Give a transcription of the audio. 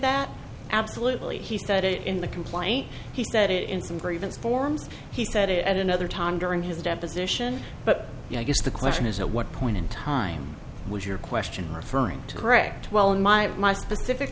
that absolutely he said it in the complaint he said it in some grievance forms he said it at another time during his deposition but i guess the question is at what point in time was your question referring to correct well my my specific